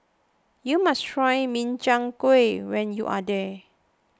you must try Min Chiang Kueh when you are here